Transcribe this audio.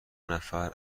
نفر